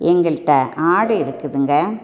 எங்ககிட்ட ஆடு இருக்குதுங்க